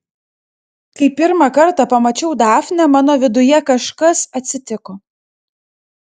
kai pirmą kartą pamačiau dafnę mano viduje kažkas atsitiko